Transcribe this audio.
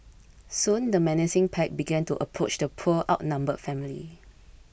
soon the menacing pack began to approach the poor outnumbered family